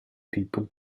people